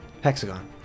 Hexagon